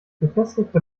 gefestigte